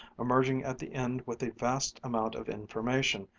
emerging at the end with a vast amount of information,